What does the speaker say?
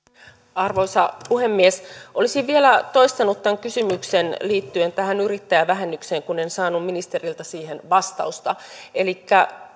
arvoisa puhemies olisin vielä toistanut tämän kysymyksen liittyen tähän yrittäjävähennykseen kun en saanut ministeriltä siihen vastausta elikkä